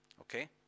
Okay